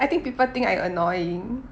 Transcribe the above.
I think people think I annoying